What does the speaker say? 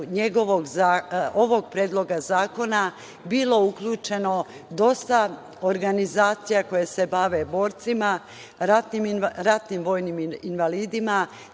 u izradu ovog Predloga zakona bilo uključeno dosta organizacija koje se bave borcima, ratnim vojnim invalidima,